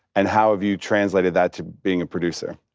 and how have you translated that to being a producer?